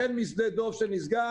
החל משדה דב שנסגר,